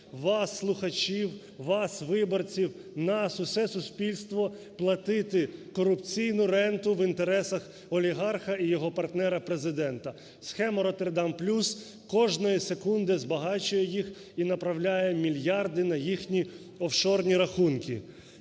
вас, слухачів, вас, виборців, нас – усе суспільство платити корупційну ренту в інтересах олігарха і його партнера Президента. Схема "Роттердам плюс" кожної секунди збагачує їх і направляє мільярди на їхні офшорні рахунки.